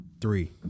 three